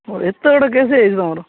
ଏତେ ବଡ଼ କେସ୍ ହେଇ ଯାଇଛି ତୁମର